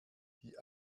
die